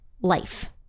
life